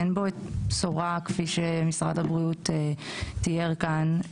אין בו בשורה כפי שמשרד הבריאות תיאר כאן.